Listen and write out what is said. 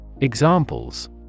Examples